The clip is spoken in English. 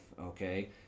okay